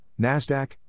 NASDAQ